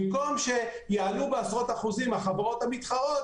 במקום שיעלו בעשרות אחוזים החברות המתחרות,